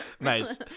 nice